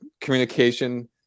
communication